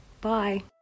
bye